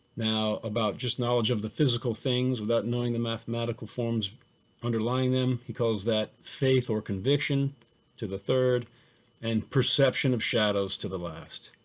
now about just knowledge of the physical things without knowing the mathematical forms underlying them, he calls that faith or conviction to the third and perception of shadows to the last.